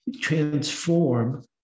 transform